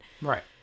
Right